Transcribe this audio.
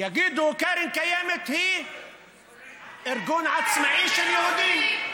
יגידו: קרן קיימת היא ארגון עצמאי של יהודים.